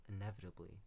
inevitably